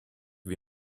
wie